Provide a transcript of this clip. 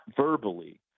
verbally